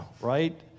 right